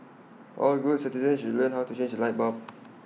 all good citizens should learn how to change A light bulb